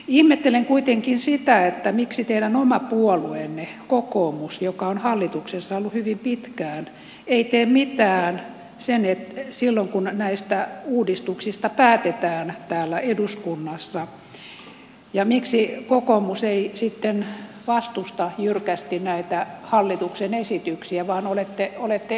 ihmettelen kuitenkin sitä miksi teidän oma puolueenne kokoomus joka on hallituksessa ollut hyvin pitkään ei tee mitään silloin kun näistä uudistuksista päätetään täällä eduskunnassa ja miksi kokoomus ei sitten vastusta jyrkästi näitä hallituksen esityksiä vaan olette edistämässä niitä